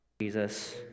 Jesus